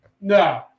No